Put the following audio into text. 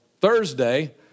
Thursday